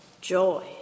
joy